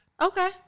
okay